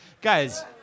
guys